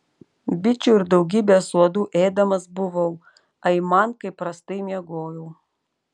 bičių ir daugybės uodų ėdamas buvau aiman kaip prastai miegojau